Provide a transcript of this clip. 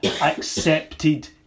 accepted